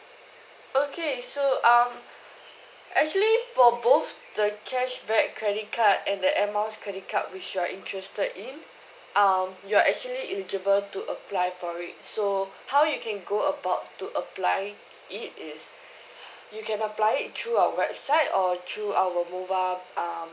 okay so um actually for both the cashback credit card and the air miles credit card which you're interested in um you're actually eligible to apply for it so how you can go about to apply it is you can apply it through our website or through our mobile um